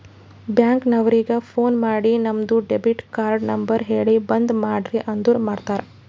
bank ನವರಿಗ phone ಮಾಡಿ ನಿಮ್ದು ಡೆಬಿಟ್ ಕಾರ್ಡ್ ನಂಬರ್ ಹೇಳಿ ಬಂದ್ ಮಾಡ್ರಿ ಅಂದುರ್ ಮಾಡ್ತಾರ